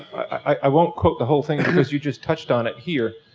i won't quote the whole thing because you just touched on it here,